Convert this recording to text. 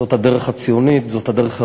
זאת הדרך הציונית, זאת הדרך הראויה.